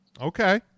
Okay